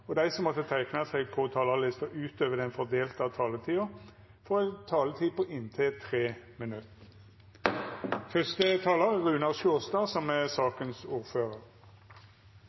og dei som måtte teikna seg på talarlista utover den fordelte taletida, får ei taletid på inntil 3 minutt. Jeg vil som